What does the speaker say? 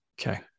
Okay